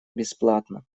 бесплатно